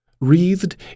wreathed